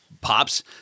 pops